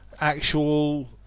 actual